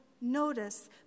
notice